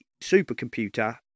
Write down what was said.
supercomputer